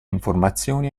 informazioni